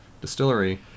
distillery